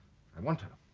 i want her